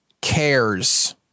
cares